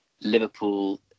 Liverpool